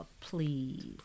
please